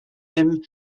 him